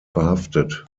verhaftet